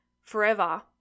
forever